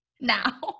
now